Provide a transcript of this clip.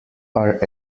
are